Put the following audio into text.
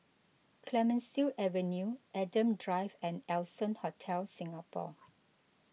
Clemenceau Avenue Adam Drive and Allson Hotel Singapore